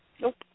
Nope